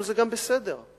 אבל גם זה בסדר.